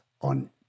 on